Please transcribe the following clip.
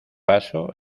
paso